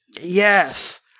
Yes